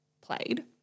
played